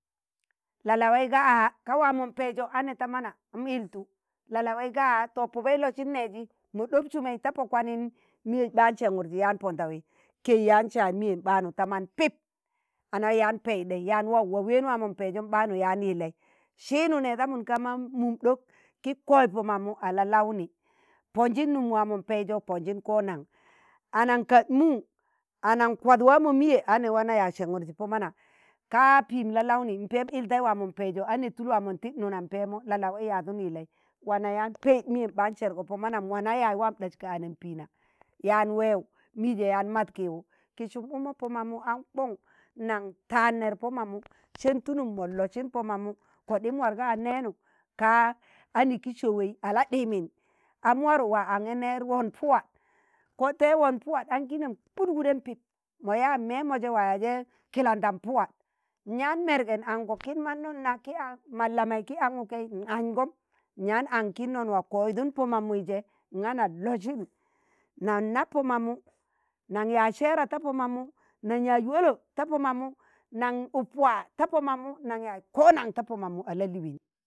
la'lawai ga aa pụbẹi losin neji mo dob sumẹi ta pọ kwanin miyẹj baan sẹnụrji yaan pondawi, kẹi yaan saan miyen baanu ta man pip ana wai yan pẹidẹi, yaan waụ waa wẹẹ waa mọn pẹiọm baanu yaan yilei siinu, nẹdamun ka man mum dok ki po mamu a la'launi ponjin num waa mo peijo ponjin anṇkadmu anaṇkwad waa mọ miye ne wana a nẹ sersi po mana ka piim la'launi, npẹẹm yilti. waa mo pẹijo tul waa mo tid nụnan pẹẹmo la'lawai yadun ilẹi wana yan pẹid miyem baan sẹrgo pọ manim wana yaaz waam das ka yini yaan wẹwụ yaan mad kịwụ ki sụm ụkmọ pọ mamu an kọn nan taan nẹr pọ mamụ sen tulum mon losin po mamu kodin warga nenu ka anẹ ki sọwẹi ladibin am warụ wa aṇni neer won puwa kọdtẹ won puwa nam kudgudem pip mo yaa mẹmo je waa ya je kilandam puwa nyaan merge n'anko kin manno na ki an ki angukẹi n'anjgọm nyaan aṇk kinno waa pọ mamui je n'losin naṇ nab pọ mamu, naṇ yaaz sẹẹra ta po mamnụ, naṇ yaaz wolo ta pọ mamu, nan ab wa ta pọ mamụ, nan yaaz konan naṇ fa pọ mamụ, a la'liin.